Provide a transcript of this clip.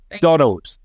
Donald